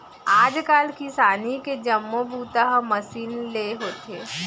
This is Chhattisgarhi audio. आज काल किसानी के जम्मो बूता ह मसीन ले होथे